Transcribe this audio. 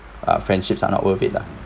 our friendships are not worth it lah